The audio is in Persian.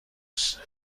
است